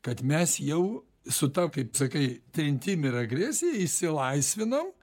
kad mes jau su ta kaip sakai trintim ir agresija išsilaisvinam